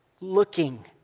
looking